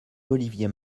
olivier